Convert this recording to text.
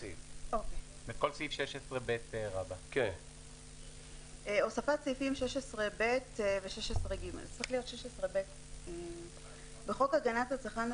התש"ף 2020 הוספת סעיפים 16ב ו־16ג 1. בחוק הגנת הצרכן,